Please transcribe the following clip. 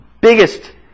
Biggest